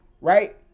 right